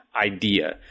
idea